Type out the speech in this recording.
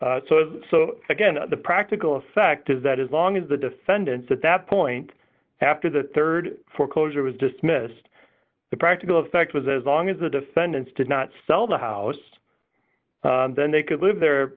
long so again the practical effect is that as long as the defendant's at that point after the rd foreclosure was dismissed the practical effect was as long as the defendants did not sell the house then they could live the